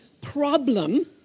problem